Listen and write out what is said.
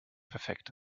perfekt